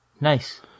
Nice